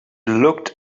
looked